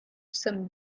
some